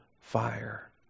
fire